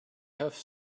have